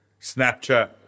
Snapchat